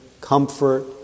comfort